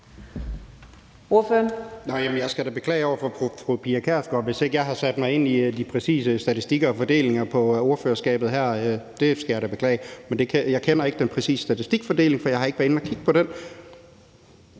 Jeg skal da beklage over for fru Pia Kjærsgaard, at jeg ikke har sat mig ind i de præcise statistikker og fordelinger i min egenskab af ordfører her; det skal jeg da beklage. Men jeg kender ikke den præcise statistikfordeling, for jeg har ikke været inde at kigge på den.